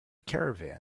caravan